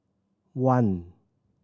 one